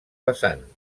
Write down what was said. vessant